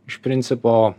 iš principo